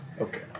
Okay